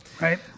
Right